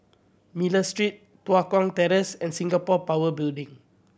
Miller Street Tua Kong Terrace and Singapore Power Building